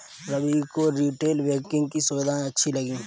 रवि को retail banking की सुविधाएं अच्छी लगी